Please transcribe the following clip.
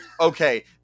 Okay